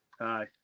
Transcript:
Aye